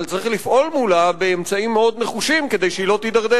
אבל צריך לפעול מולה באמצעים מאוד נחושים כדי שהיא לא תקרה.